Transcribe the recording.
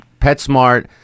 PetSmart